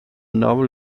novel